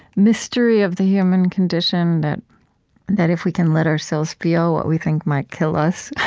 mystery of the human condition, that that if we can let ourselves feel what we think might kill us,